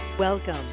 Welcome